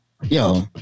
Yo